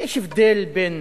יש הבדל בין